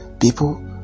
people